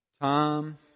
Tom